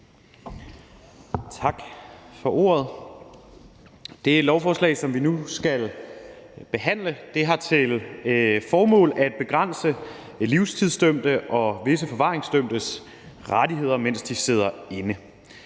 Tak for ordet. Det lovforslag, som vi nu skal behandle, har til formål at begrænse livstidsdømtes og visse forvaringsdømtes rettigheder, mens de sidder inde.